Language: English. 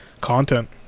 content